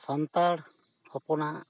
ᱥᱟᱱᱛᱟᱲ ᱦᱚᱯᱚᱱᱟᱜ